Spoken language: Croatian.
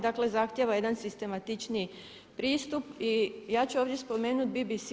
Dakle zahtjeva jedan sistematičniji pristup i ja ću ovdje spomenuti BBC.